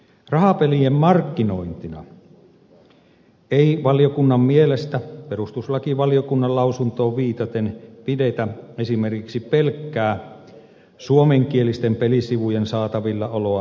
rahapelien markkinointina ei valiokunnan mielestä perustuslakivaliokunnan lausuntoon viitaten pidetä esimerkiksi pelkkää suomenkielisten pelisivujen saatavillaoloa internetissä